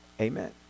Amen